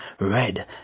red